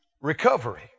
Recovery